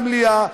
למליאה,